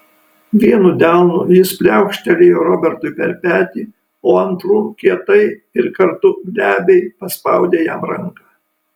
vienu delnu jis pliaukštelėjo robertui per petį o antru kietai ir kartu glebiai paspaudė jam ranką